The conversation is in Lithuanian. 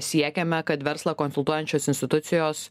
siekiame kad verslą konsultuojančios institucijos